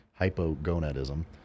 hypogonadism